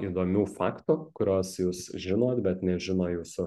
įdomių faktų kuriuos jūs žinot bet nežino jūsų